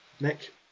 Nick